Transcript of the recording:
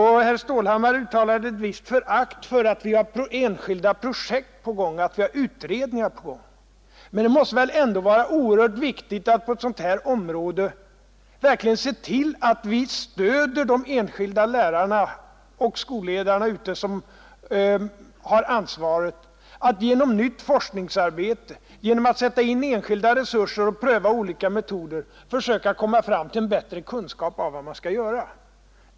Herr Stålhammar uttalade ett visst förakt för att vi har enskilda utredningsprojekt på gång, men det måste väl ändå vara oerhört viktigt att på detta område verkligen stödja de enskilda lärarna och skolledarna genom att bedriva forskning, genom att sätta in enskilda resurser och pröva olika metoder för att komma till bättre kunskap om vad man skall göra.